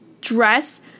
dress